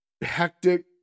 hectic